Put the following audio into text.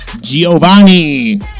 giovanni